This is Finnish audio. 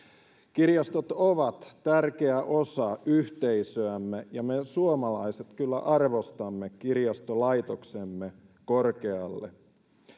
kirjastot ovat tärkeä osa yhteisöämme ja me suomalaiset kyllä arvostamme kirjastolaitoksemme korkealle